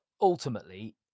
ultimately